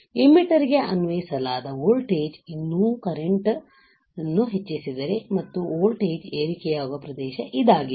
emitter ಗೆ ಅನ್ವಯಿಸಲಾದ voltage ಇನ್ನೂ ಕರೆಂಟ್ ನ್ನು ಹೆಚ್ಚಿಸಿದರೆ ಮತ್ತು ವೋಲ್ಟೇಜ್ ಏರಿಕೆಯಾಗುವ ಪ್ರದೇಶ ಇದಾಗಿದೆ